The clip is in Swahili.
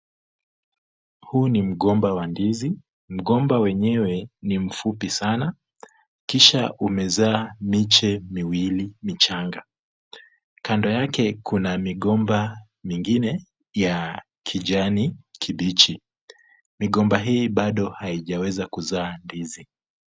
Huu ni mgomba wa ndizi, mgomba wenyewe ni mfupi sana. Kisha umezaa miche miwili michanga. Kando yake kuna migomba mingine ya kijani kibichi. Migomba hii bado haijaweza kuzaa ndizi.